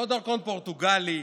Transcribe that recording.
לא דרכון פורטוגלי,